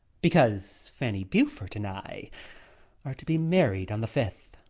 because fanny beaufort and i are to be married on the fifth.